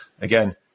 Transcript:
again